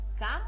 Come